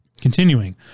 Continuing